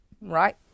right